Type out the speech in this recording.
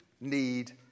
Need